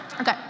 Okay